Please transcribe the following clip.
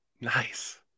Nice